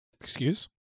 Excuse